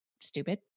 stupid